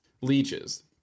leeches